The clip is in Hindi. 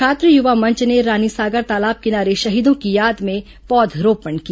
छात्र युवा मंच ने रानीसागर तालाब किनारे शहीदों की याद में पौधरोपण किया